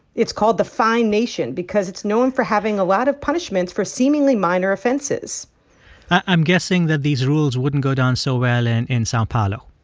it's called the fine nation because it's known for having a lot of punishments for seemingly minor offenses i'm guessing that these rules wouldn't go down so well in in sao paulo